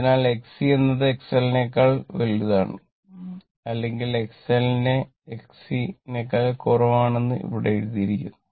അതിനാൽ Xc എന്നത് XL നേക്കാൾ വലുതാണ് അല്ലെങ്കിൽ XL നെ Xc നേക്കാൾ കുറവാണെന്ന് ഇവിടെ എഴുതിയിരിക്കുന്നു